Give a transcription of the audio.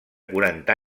quaranta